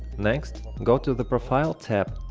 next, go to the profile tab.